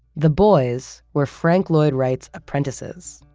the boys were frank lloyd wright's apprentices.